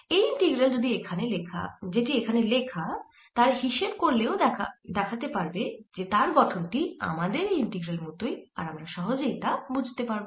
এই ইন্টিগ্রাল যেটি এখানে লেখা তার হিসেব করলে ও দেখাতে পারলে যে তার গঠন টি আমাদের এই ইন্টিগ্রালের মতই আমরা সহজেই তা বুঝতে পারব